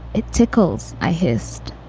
it tickles. i hissed.